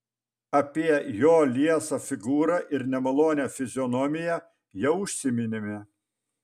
apie jo liesą figūrą ir nemalonią fizionomiją jau užsiminėme